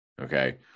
Okay